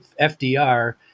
FDR